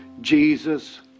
Jesus